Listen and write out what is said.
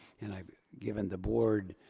and i've given the board,